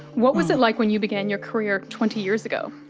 what was it like when you began your career twenty years ago?